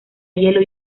hielo